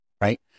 right